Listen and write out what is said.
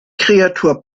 kreatur